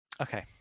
Okay